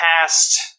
past